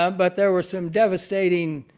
um but there was some devastating